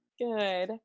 Good